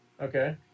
Okay